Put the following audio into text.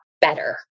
better